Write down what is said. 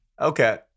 Okay